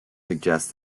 suggest